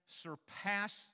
surpass